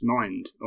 mind